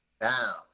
down